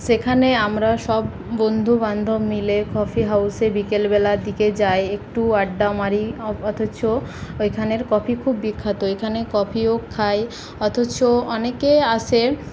সেখানে আমরা সব বন্ধুবান্ধব মিলে কফি হাউসে বিকেলবেলার দিকে যাই একটু আড্ডা মারি অথচ ওইখানের কফি খুব বিখ্যাত এখানে কফিও খাই অথচ অনেকেই আসে